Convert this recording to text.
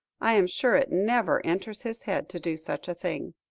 i am sure it never enters his head to do such a thing.